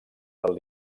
del